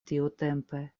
tiutempe